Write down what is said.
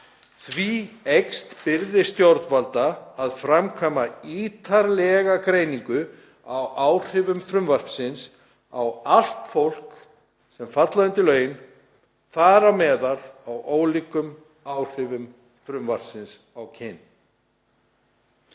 Því eykst byrði stjórnvalda að framkvæma ítarlega greiningu á áhrifum frumvarpsins á allt fólk sem fellur undir lögin, þar á meðal á ólíkum áhrifum frumvarpsins á öll